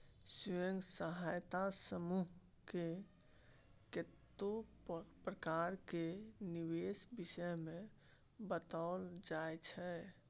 स्वयं सहायता समूह मे कतेको प्रकार केर निबेश विषय मे बताओल जाइ छै